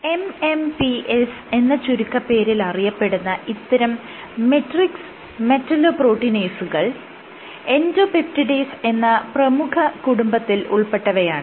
MMPs എന്ന് ചുരുക്കപ്പേരിൽ അറിയപ്പെടുന്ന ഇത്തരം മെട്രിക്സ് മെറ്റലോപ്രോട്ടിനേസുകൾ എൻഡോപെപ്റ്റിഡേസ് എന്ന പ്രമുഖ കുടുംബത്തിൽ ഉൾപ്പെട്ടവയാണ്